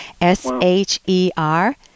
S-H-E-R